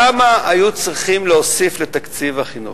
כמה היו צריכים להוסיף לתקציב החינוך?